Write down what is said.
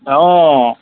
অঁ